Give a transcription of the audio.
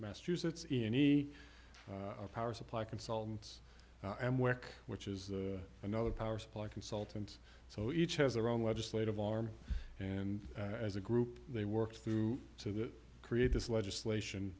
massachusetts any power supply consultants and work which is the another power supply consultant so each has their own legislative arm and as a group they work through so that create this legislation